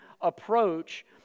approach